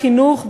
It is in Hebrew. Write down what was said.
בחינוך,